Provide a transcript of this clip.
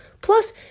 Plus